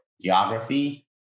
geography